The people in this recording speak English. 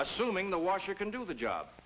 assuming the washer can do the job